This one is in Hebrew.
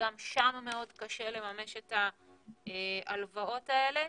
שגם שם מאוד קשה לממש את ההלוואות האלה.